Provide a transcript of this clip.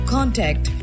Contact